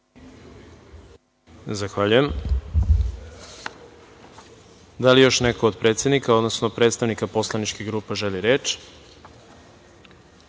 Zahvaljujem. Da li još neko od predsednika, odnosno predstavnika poslaničkih grupa želi reč? Reč